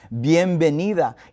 bienvenida